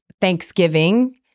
Thanksgiving